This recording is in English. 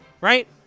right